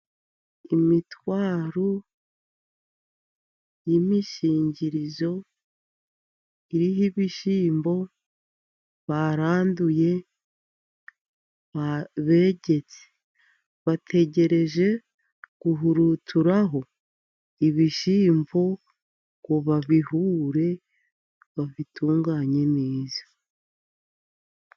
Imitwaro y'imishingirizo iriho ibishyimbo baranduye, begetse. Bategereje guhuruturaho ibishyimbo, ngo babihure, babitunganye neza.